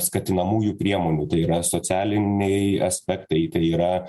skatinamųjų priemonių tai yra socialiniai aspektai tai yra